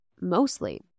mostly